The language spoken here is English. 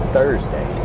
Thursday